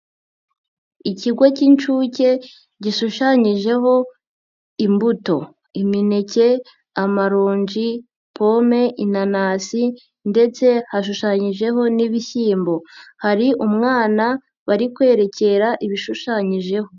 Ikigo k'inshuke gishushanyijeho imbuto, imineke, amaronji, pome, inanasi ndetse hashushanyijeho n'ibishyimbo, hari umwana bari kwerekera ibishushanyijeho.